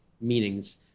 meanings